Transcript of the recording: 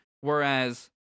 Whereas